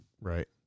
Right